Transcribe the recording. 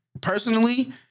personally